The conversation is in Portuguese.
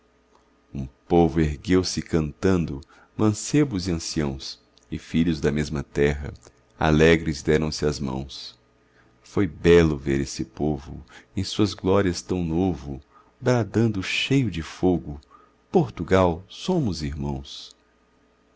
um povo ergueu-se cantando mancebos e anciãos e filhos da mesma terra alegres deram-se as mãos foi belo ver esse povo em suas glórias tão novo bradando cheio de fogo portugal somos irmãos